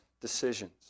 decisions